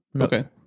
Okay